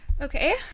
okay